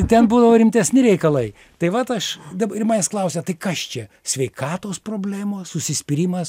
ten būdavo rimtesni reikalai tai vat aš dab ir manęs klausia tai kas čia sveikatos problemos užsispyrimas